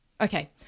Okay